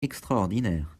extraordinaire